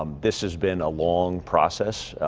um this has been a long process.